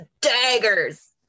daggers